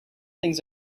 things